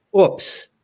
oops